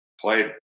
played